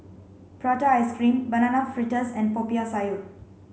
prata ice cream banana fritters and Popiah Sayur